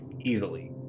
easily